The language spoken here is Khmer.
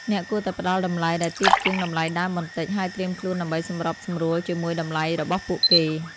អ្នកគួរតែផ្តល់តម្លៃដែលទាបជាងតម្លៃដើមបន្តិច ហើយត្រៀមខ្លួនដើម្បីសម្របសម្រួលជាមួយតម្លៃរបស់ពួកគេ។